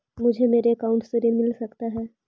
मुझे मेरे अकाउंट से ऋण मिल सकता है?